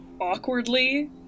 awkwardly